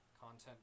content